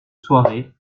soirée